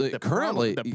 currently